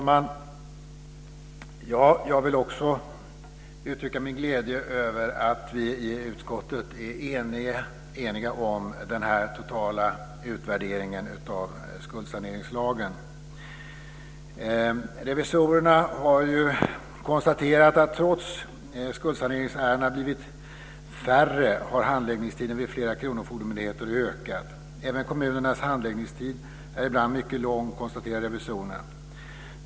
Herr talman! Jag vill också uttrycka min glädje över att vi i utskottet är eniga om den totala utvärderingen av skuldsaneringslagen. Revisorerna har konstaterat att trots att skuldsaneringsärendena har blivit färre har handläggningstiderna hos flera kronofogdemyndigheter ökat. Även kommunernas handläggningstid är ibland mycket lång, konstaterar revisorerna.